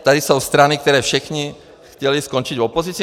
Tady jsou strany, které všechny chtěly skončit v opozici?